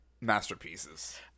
masterpieces